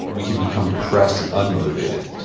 we can become depressed and unmotivated.